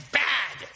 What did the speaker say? bad